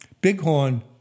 Bighorn